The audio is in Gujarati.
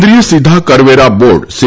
કેન્દ્રીય સીધા કરવેરા બોર્ડ સી